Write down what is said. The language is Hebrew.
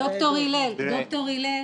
ד"ר הלל,